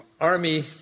army